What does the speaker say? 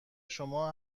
شما